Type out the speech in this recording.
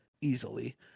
easily